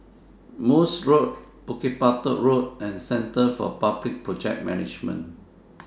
Morse Road Bukit Batok Road and Centre For Public Project Management